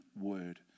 Word